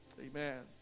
Amen